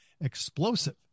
explosive